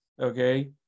Okay